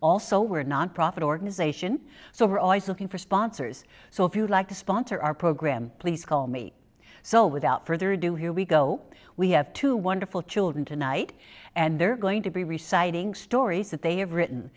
we're nonprofit organization so we're always looking for sponsors so if you'd like to sponsor our program please call me so without further ado here we go we have two wonderful children tonight and they're going to be reciting stories that they have written